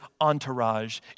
entourage